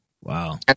Wow